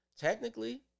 Technically